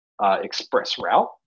ExpressRoute